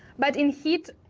but in heat,